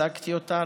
הצגתי אותה,